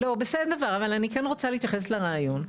אני כן רוצה להתייחס לרעיון.